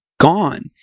gone